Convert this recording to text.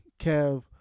Kev